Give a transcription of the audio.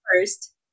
first